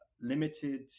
limited